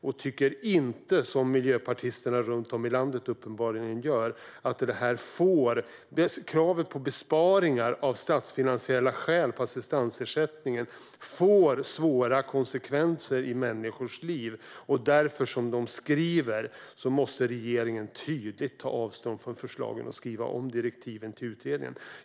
De tycker inte, som miljöpartisterna runt om i landet uppenbarligen gör, att kravet på besparingar på assistansersättningen av statsfinansiella skäl får svåra konsekvenser för människors liv och att regeringen därför, som miljöpartisterna runt om i landet skriver, tydligt måste ta avstånd från förslagen och skriva om direktiven till utredningen.